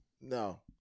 no